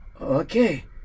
Okay